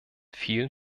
vielen